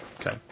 Okay